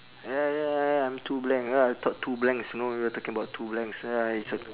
ya ya I'm too blank uh I thought two blanks you know you are talking about two blanks ya it's a